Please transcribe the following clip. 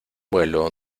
vuelo